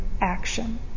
action